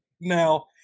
Now